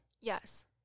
Yes